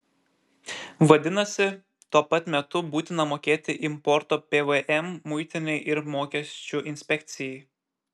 vadinasi tuo pat metu būtina mokėti importo pvm muitinei ir mokesčių inspekcijai